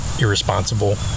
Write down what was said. irresponsible